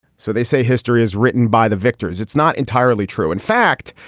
so they say history is written by the victors, it's not entirely true. in fact,